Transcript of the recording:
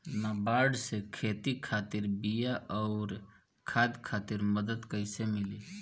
नाबार्ड से खेती खातिर बीया आउर खाद खातिर मदद कइसे मिली?